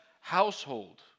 household